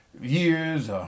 years